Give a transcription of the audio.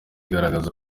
igaragaza